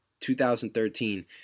2013